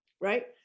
right